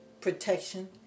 protection